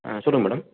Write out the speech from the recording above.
ஆ சொல்லுங்க மேடம்